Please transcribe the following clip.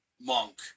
monk